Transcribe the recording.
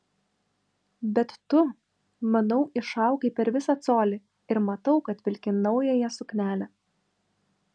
bet tu manau išaugai per visą colį ir matau kad vilki naująja suknele